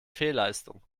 fehlleistung